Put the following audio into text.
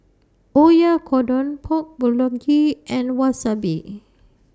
Oyakodon Pork Bulgogi and Wasabi